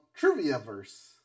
Triviaverse